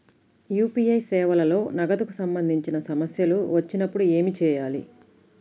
UPI సేవలలో నగదుకు సంబంధించిన సమస్యలు వచ్చినప్పుడు ఏమి చేయాలి?